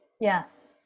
yes